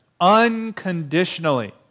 unconditionally